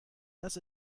dass